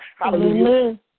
Hallelujah